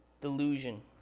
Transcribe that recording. delusion